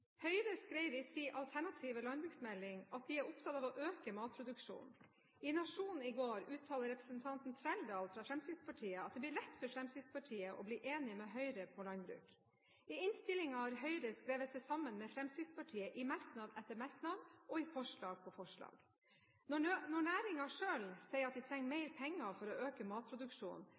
Høyre skrev i sin alternative landbruksmelding at de er opptatt av å øke matproduksjonen. I Nasjonen i går uttalte representanten Trældal fra Fremskrittspartiet at det blir lett for Fremskrittspartiet å bli enig med Høyre på landbruk. I innstillingen har Høyre skrevet seg sammen med Fremskrittspartiet i merknad etter merknad og i forslag etter forslag. Når næringen selv sier at de trenger mer penger for å øke matproduksjonen,